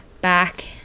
back